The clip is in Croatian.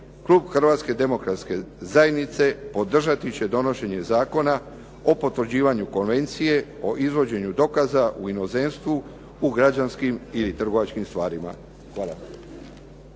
klub Hrvatske demokratske zajednice održati će donošenje Zakona o potvrđivanju konvencije o izvođenju dokaza u inozemstvu u građanskim ili trgovačkim stvarima. Hvala.